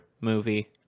movie